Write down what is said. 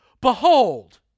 Behold